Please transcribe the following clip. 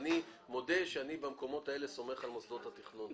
אני מודה שבמקומות האלה אני סומך על מוסדות התכנון.